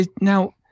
now